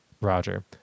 Roger